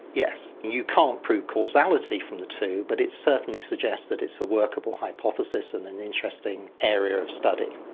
yes. you can't prove causality from the two, but it certainly suggests that it's a workable hypothesis and an interesting area of study.